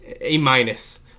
A-minus